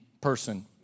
person